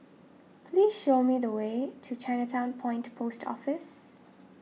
please show me the way to Chinatown Point Post Office